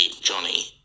Johnny